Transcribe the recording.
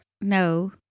no